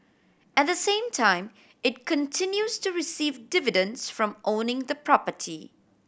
at the same time it continues to receive dividends from owning the property